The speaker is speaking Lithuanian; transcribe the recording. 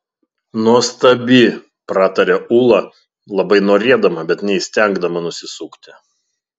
nuostabi prataria ūla labai norėdama bet neįstengdama nusisukti